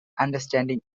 understanding